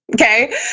Okay